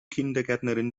kindergärtnerin